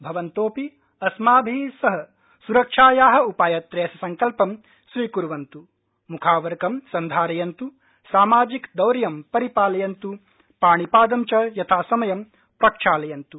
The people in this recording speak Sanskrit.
भवन्तोऽपि अस्माभि सह सुरक्षाया उपायत्रयस्य सङ्कल्पं स्वीकुर्वन्तु मुखावरकं सन्धारयन्तु सामाजिकदौर्यं परिपालयन्तु पाणिपादं च यथासमयं प्रक्षालयन्तु